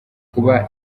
kuba